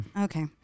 Okay